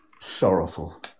sorrowful